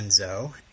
Enzo